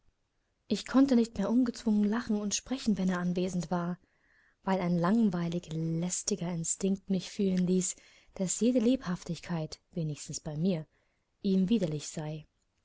ich konnte nicht mehr ungezwungen lachen und sprechen wenn er anwesend war weil ein langweilig lästiger instinkt mich fühlen ließ daß jede lebhaftigkeit wenigstens bei mir ihm widerlich sei